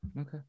Okay